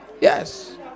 Yes